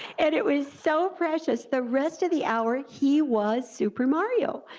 and it was so precious, the rest of the hour, he was super mario,